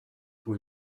pour